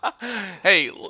Hey